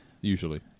usually